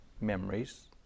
memories